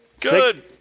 Good